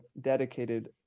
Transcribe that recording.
dedicated